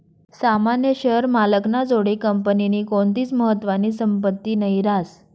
सामान्य शेअर मालक ना जोडे कंपनीनी कोणतीच महत्वानी संपत्ती नही रास